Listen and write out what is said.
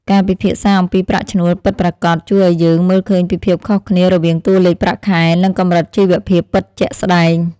ការពិភាក្សាអំពីប្រាក់ឈ្នួលពិតប្រាកដជួយឱ្យយើងមើលឃើញពីភាពខុសគ្នារវាងតួលេខប្រាក់ខែ និងកម្រិតជីវភាពពិតជាក់ស្តែង។